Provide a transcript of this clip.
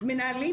בין נגב לגליל,